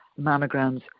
mammograms